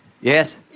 yes